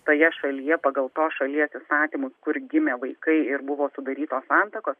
toje šalyje pagal tos šalies įstatymus kur gimė vaikai ir buvo sudarytos santuokos